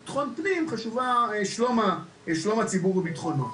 למשרד לביטחון פנים חשוב שלום הציבור ובטחונו,